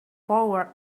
forward